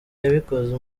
yabikoze